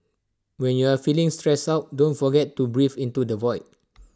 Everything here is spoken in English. when you are feeling stressed out don't forget to breathe into the void